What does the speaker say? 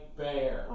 bear